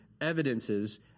evidences